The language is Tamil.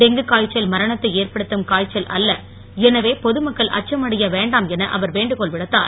டெங்கு காய்ச்சல் மரணத்தை ஏற்படுத்தும் காய்ச்சல் அல்ல எனவே பொதுமக்கள் அச்சமடைய வேண்டாம் என அவர் வேண்டுகோள் விடுத்தார்